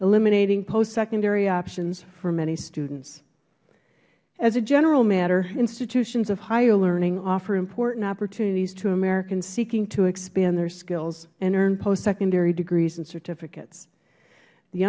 eliminating post secondary options for many students as a general matter institutions of higher learning offer important opportunities to americans seeking to expand their skills and earn post secondary degrees and certificates the